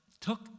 took